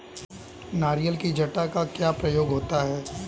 नारियल की जटा का क्या प्रयोग होता है?